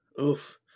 Oof